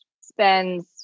spends